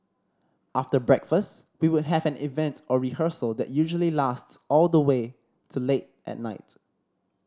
after breakfast we would have an event or rehearsal that usually lasts all the way to late at night